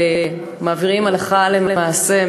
ומעבירים הלכה למעשה,